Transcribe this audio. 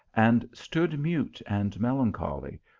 and stood mute and melancholy,